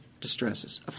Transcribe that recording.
distresses